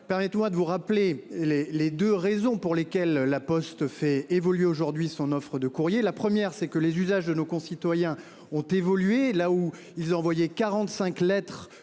légitimes par de vous rappeler les les 2 raisons pour lesquelles la Poste fait évoluer aujourd'hui son offre de courrier. La première c'est que les usages de nos concitoyens ont évolué là où ils ont envoyé 45 lettre